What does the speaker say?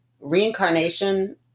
reincarnation